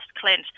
Clint